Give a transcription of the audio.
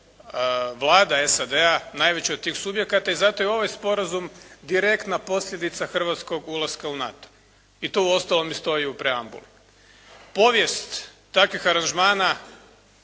Vlada SAD-a najveći od tih subjekata i zato je ovaj sporazum direktna posljedica hrvatskog ulaska u NATO, i to uostalom i stoji u preambuli. Povijest takvih aranžmana